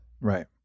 right